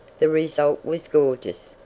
the result was gorgeous,